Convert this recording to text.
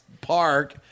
park